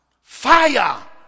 fire